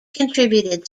contributed